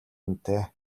үнэтэй